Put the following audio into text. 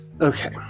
Okay